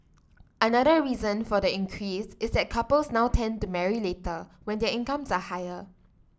another reason for the increase is that couples now tend to marry later when their incomes are higher